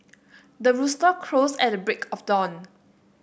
the rooster crows at the break of dawn